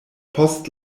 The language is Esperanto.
post